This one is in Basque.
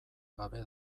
gabe